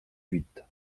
huit